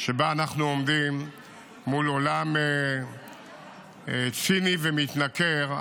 שבה אנחנו עומדים מול עולם ציני ומתנכר,